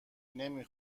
نمی